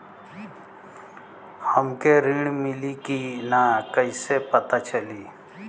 हमके ऋण मिली कि ना कैसे पता चली?